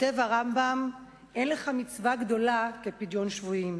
כותב הרמב"ם: "אין לך מצווה גדולה כפדיון שבויים".